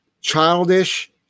childish